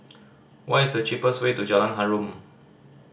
what is the cheapest way to Jalan Harum